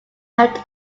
out